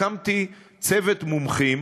הקמתי צוות מומחים